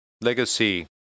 legacy